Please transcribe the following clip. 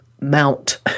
mount